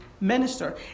minister